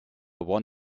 won